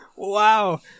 Wow